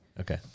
Okay